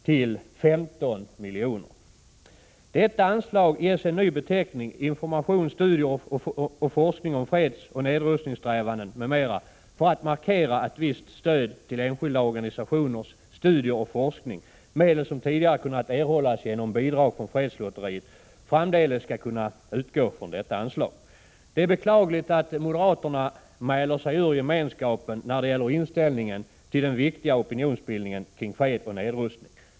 till 15 000 000 kr. Detta anslag ges en ny beteckning: Information, studier och forskning om fredsoch nedrustningssträvanden m.m., för att markera att visst stöd till enskilda organisationers studier och forskning — medel som tidigare kunnat erhållas genom bidrag från Fredslotteriet — framdeles skall kunna utgå från detta anslag. Det är beklagligt att moderaterna mäler sig ur gemenskapen när det gäller inställningen till den viktiga opinionsbildningen kring fred och nedrustning.